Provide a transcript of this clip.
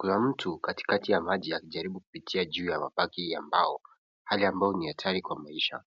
Kuna mtu katikati ya maji akijaribu kupitia juu ya mabaki ya mbao, hali ambayo ni hatari kwa maisha.